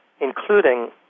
including